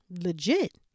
Legit